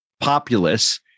populace